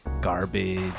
Garbage